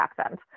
accent